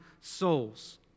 souls